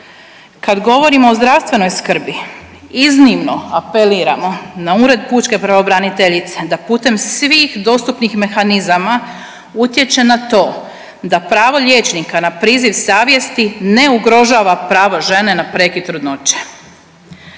Kad govorimo o zdravstvenoj skrbi, iznimno apeliramo na Ured pučke pravobraniteljice da putem svih dostupnih mehanizama utječe na to da pravo liječnika na priziv savjesti ne ugrožava pravo žene na prekid trudnoće.